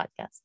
podcast